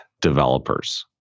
developers